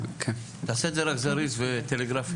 נעשה את זה רק זריז וטלגרפי,